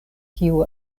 kiu